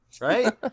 Right